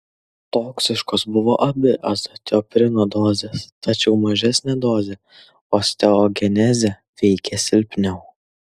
toksiškos buvo abi azatioprino dozės tačiau mažesnė dozė osteogenezę veikė silpniau